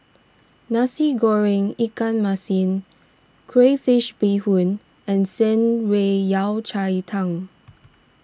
Nasi Goreng Ikan Masin Crayfish BeeHoon and Shan Rui Yao Cai Tang